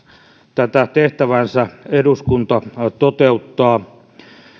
tätä tehtäväänsä eduskunta toteuttaa